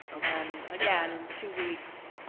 and again, two weeks